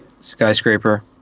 Skyscraper